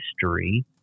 history